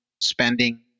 spending